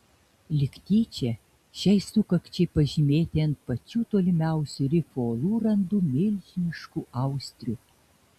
lyg tyčia šiai sukakčiai pažymėti ant pačių tolimiausių rifo uolų randu milžiniškų austrių